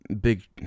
big